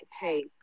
hey